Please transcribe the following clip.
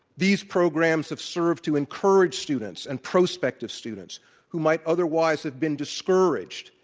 these programs have served to encourage students and prospective students who might otherwise have been discouraged,